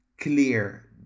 clear